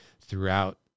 throughout